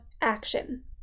action